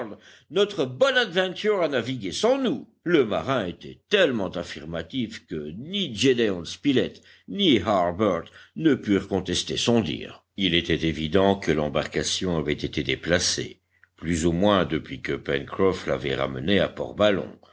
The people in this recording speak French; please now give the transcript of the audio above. notre bonadventure a navigué sans nous le marin était tellement affirmatif que ni gédéon spilett ni harbert ne purent contester son dire il était évident que l'embarcation avait été déplacée plus ou moins depuis que pencroff l'avait ramenée à